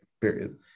Period